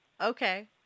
Okay